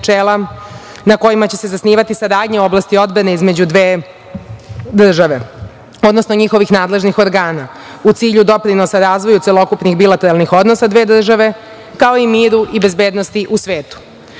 na kojima će se zasnivati saradnja u oblasti odbrane između dve države, odnosno njihovih nadležnih organa u cilju doprinosa razvoju celokupnih bilateralnih odnosa dve države, kao i miru i bezbednosti u svetu. Pored